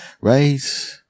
right